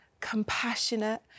compassionate